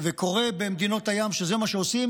וקורה במדינות הים שזה מה שעושים,